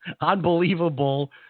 unbelievable